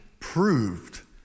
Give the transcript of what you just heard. Proved